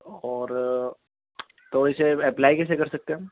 اور تو اسے اپلائی کیسے کر سکتے ہیں ہم